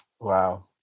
Wow